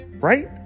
right